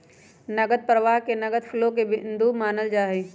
नकदी प्रवाह के नगद फ्लो के मुख्य बिन्दु मानल जाहई